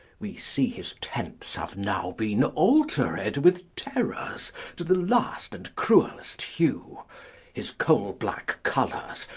we see his tents have now been altered with terrors to the last and cruel'st hue his coal-black colours,